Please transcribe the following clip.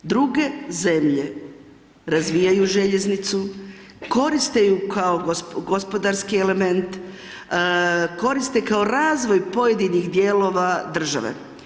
Druge zemlje razvijaju željeznicu, koriste ju kao gospodarski element, koriste kao razvoj pojedinih dijelova države.